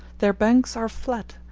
their banks are flat,